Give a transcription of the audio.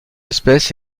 espèce